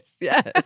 yes